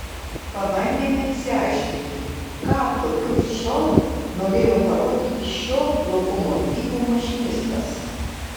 pabandėme išsiaiškinti ką tokiu šou norėjo parodyti šio lokomotyvo mašinistas